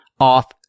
off